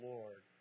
Lord